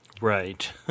Right